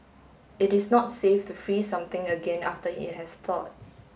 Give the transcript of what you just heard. it is not safe to freeze something again after it has thawed